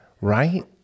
Right